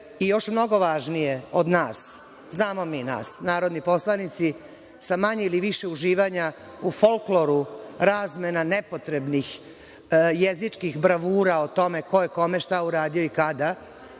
i još mnogo važnije od nas, znamo mi nas, narodni poslanici sa manje ili više uživanja u folkloru razmena nepotrebnih jezičkih bravura o tome ko je kome šta uradio i kada,